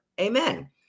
amen